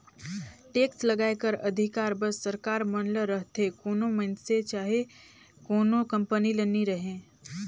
tax लगाए कर अधिकार बस सरकार मन ल रहथे कोनो मइनसे चहे कोनो कंपनी ल नी रहें